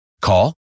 Call